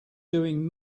doing